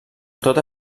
tota